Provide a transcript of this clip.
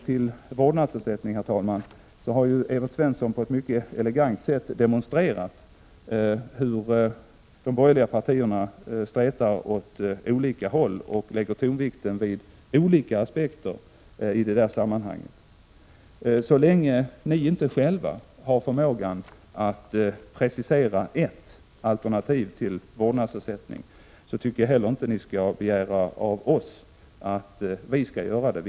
Evert Svensson har på ett mycket elegant sätt demonstrerat hur de borgerliga partierna stretar åt olika håll och lägger tonvikten på olika aspekter när det gäller förslagen till vårdnadsersättning. Så länge ni själva inte har förmågan att precisera ett alternativ till vårdnadsersättning, så tycker jag inte heller att ni skall begära av oss att vi skall göra det.